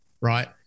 right